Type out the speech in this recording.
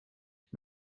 ich